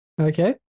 Okay